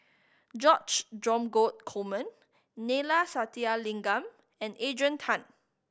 George Dromgold Coleman Neila Sathyalingam and Adrian Tan